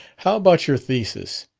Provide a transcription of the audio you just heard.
how about your thesis?